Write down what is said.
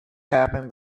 happened